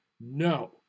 No